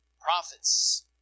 prophets